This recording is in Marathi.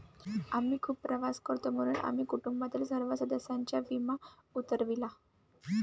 आम्ही खूप प्रवास करतो म्हणून आम्ही कुटुंबातील सर्व सदस्यांचा विमा उतरविला